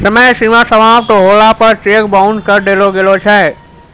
समय सीमा समाप्त होला पर चेक बाउंस करी देलो गेलो छै